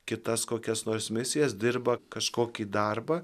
kitas kokias nors misijas dirba kažkokį darbą